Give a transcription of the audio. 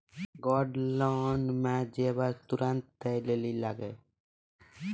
Gold loan मे जेबर तुरंत दै लेली लागेया?